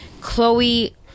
Chloe